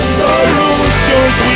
solutions